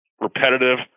repetitive